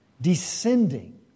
descending